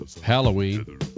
Halloween